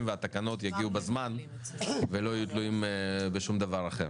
והתקנות יגיעו בזמן ולא יהיו תלויים בשום דבר אחר.